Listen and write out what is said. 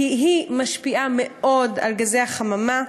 כי היא משפיעה מאוד על גזי החממה.